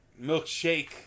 Milkshake